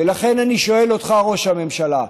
ולכן אני שואל אותך, ראש הממשלה,